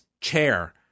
chair